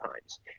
times